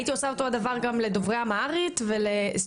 הייתי עושה אותו דבר גם לדוברי אמהרית --- לכל